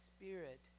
Spirit